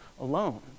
alone